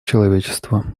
человечества